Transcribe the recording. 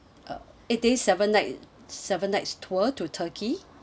uh eight days seven night seven night's tour to turkey